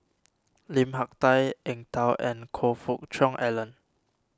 Lim Hak Tai Eng Tow and Choe Fook Cheong Alan